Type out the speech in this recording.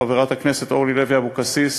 חברת הכנסת אורלי לוי אבקסיס,